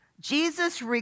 Jesus